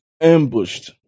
ambushed